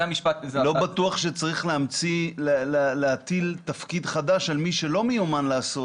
לא בטוח שצריך להטיל תפקיד חדש על מי שלא מיומן לעשות